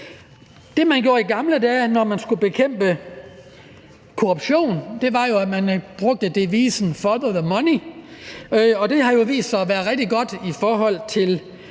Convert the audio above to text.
Det, man gjorde i gamle dage, når man skulle bekæmpe korruption, var jo, at man brugte devisen follow the money. Det har jo vist sig at være rigtig godt i forhold til